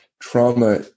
Trauma